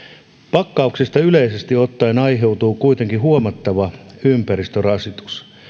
pakkauksista yleisesti ottaen aiheutuu kuitenkin huomattava ympäristörasitus